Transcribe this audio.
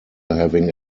having